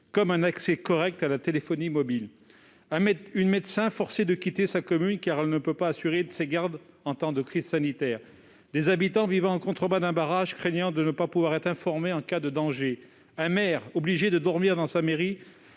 notamment un accès correct à la téléphonie mobile. Je pense ainsi à un médecin, forcée de quitter sa commune, car elle ne pouvait assurer ses gardes en temps de crise sanitaire, à des habitants vivant en contrebas d'un barrage, qui craignent de ne pouvoir être informés en cas de danger, à un maire obligé de dormir dans sa mairie